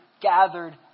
gathered